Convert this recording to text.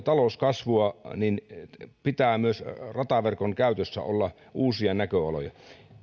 talouskasvua pitää myös rataverkon käytössä olla uusia näköaloja